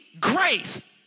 grace